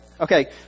Okay